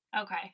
Okay